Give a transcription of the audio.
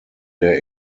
der